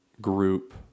group